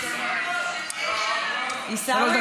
חייב.